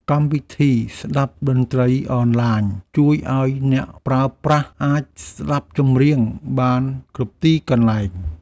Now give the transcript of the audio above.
កម្មវិធីស្តាប់តន្ត្រីអនឡាញ ជួយឱ្យអ្នកប្រើប្រាស់អាចស្តាប់ចម្រៀងបានគ្រប់ទីកន្លែង។